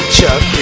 Chuck